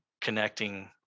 connecting